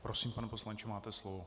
Prosím, pane poslanče, máte slovo.